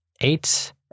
Eight